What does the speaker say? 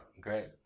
great